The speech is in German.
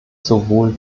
sowohl